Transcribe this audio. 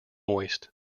moist